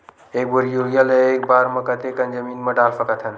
एक बोरी यूरिया ल एक बार म कते कन जमीन म डाल सकत हन?